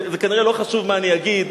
זה כנראה לא חשוב מה אגיד,